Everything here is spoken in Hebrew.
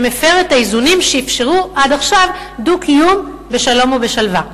שמפר את האיזונים שאפשרו עד עכשיו דו-קיום בשלום ובשלווה.